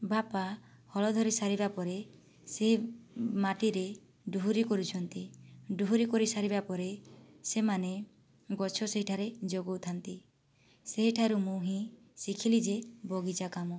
ବାପା ହଳ ଧରି ସାରିବା ପରେ ସେ ମାଟିରେ ଡୁହୁରି କରୁଛନ୍ତି ଡୁହୁରି କରିସାରିବା ପରେ ସେମାନେ ଗଛ ସେଇଠାରେ ଯୋଗଉ ଥାନ୍ତି ସେହିଠାରୁ ମୁଁ ହିଁ ଶିଖିଲି ଯେ ବଗିଚା କାମ